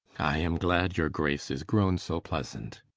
i am glad your grace is growne so pleasant